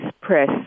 Press